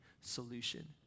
solution